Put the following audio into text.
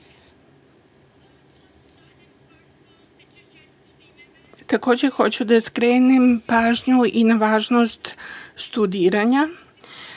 žive. Takođe hoću da skrenem pažnju i na važnost studiranja